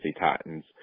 Titans